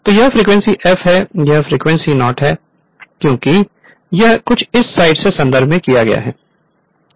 तो यह frequency f है यह फ्रिक्वेंसी f naught है क्योंकि सब कुछ इस साइड के संदर्भ में किया गया है